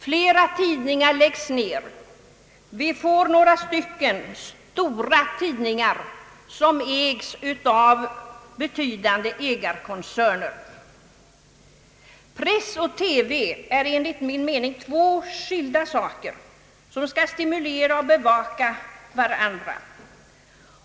Flera tidningar läggs ner, och vi kommer att få några stora tidningar som drivs av betydande ägarkoncerner. Press och TV är enligt min mening två skilda saker som skall stimulera och bevaka varandra.